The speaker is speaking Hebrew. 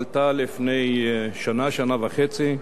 עלתה לפני שנה, שנה וחצי,